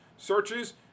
Searches